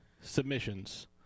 submissions